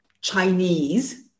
Chinese